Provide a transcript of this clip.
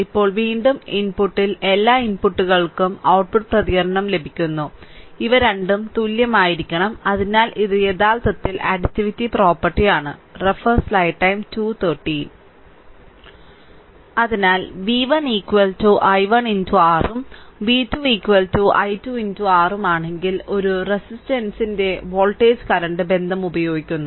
ഇപ്പോൾ വീണ്ടും ഇൻപുട്ടിൽ എല്ലാ ഇൻപുട്ടുകൾക്കും ഔട്ട്പുട്ട് പ്രതികരണം ലഭിക്കുന്നു ഇവ രണ്ടും തുല്യമായിരിക്കണം അതിനാൽ ഇത് യഥാർത്ഥത്തിൽ അഡിറ്റിവിറ്റി പ്രോപ്പർട്ടി ആണ് അതിനാൽ v1 i1 R ഉം v2 i2 R ഉം ആണെങ്കിൽ ഒരു റെസിസ്റ്ററിന്റെ വോൾട്ടേജ് കറന്റ് ബന്ധം ഉപയോഗിക്കുന്നു